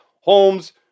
Holmes